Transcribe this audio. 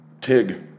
TIG